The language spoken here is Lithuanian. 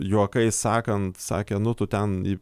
juokais sakant sakė nu tu ten į